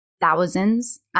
thousands